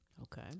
Okay